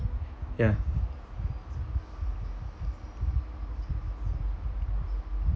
ya